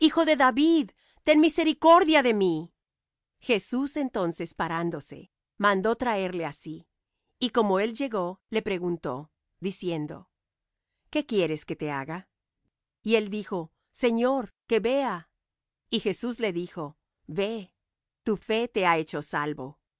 hijo de david ten misericordia de mí jesús entonces parándose mandó traerle á sí y como él llegó le preguntó diciendo qué quieres que te haga y él dijo señor que vea y jesús le dijo ve tu fe te ha hecho salvo